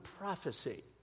prophecy